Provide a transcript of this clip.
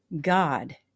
god